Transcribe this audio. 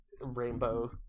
Rainbow